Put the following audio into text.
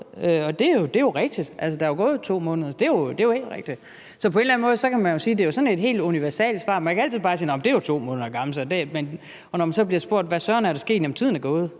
Og det er jo rigtigt. Der er jo gået 2 måneder. Det er jo helt rigtigt. Så på en eller anden måde kan man sige, at det er sådan et helt universelt svar. Man kan altid bare sige, at det jo er 2 måneder gammelt, og når man så bliver spurgt om, hvad søren der er sket, kan man sige: